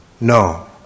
No